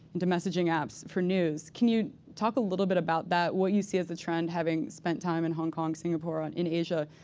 into messaging apps for news. can you talk a little bit about that what you see as the trend, having spent time in hong kong, singapore, in asia?